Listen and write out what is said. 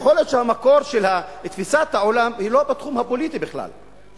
יכול להיות שהמקור של תפיסת העולם הוא לא בתחום הפוליטי בכלל,